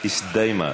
אלוהים עִמך.)